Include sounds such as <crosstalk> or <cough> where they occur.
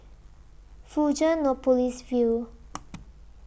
Fusionopolis View <noise>